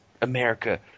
America